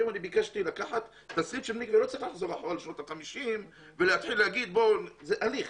לא צריך לחזור אחורה לשנות ה-50, זה הליך.